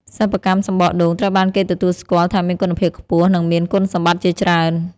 សិប្បកម្មសំបកដូង ត្រូវបានគេទទួលស្គាល់ថាមានគុណភាពខ្ពស់ និងមានគុណសម្បត្តិជាច្រើន។